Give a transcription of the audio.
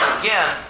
again